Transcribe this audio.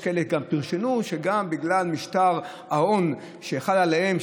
יש כאלה שפירשנו שגם בגלל משטר ההון שחל עליהם,